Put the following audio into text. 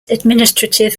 administrative